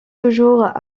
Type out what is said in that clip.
toujours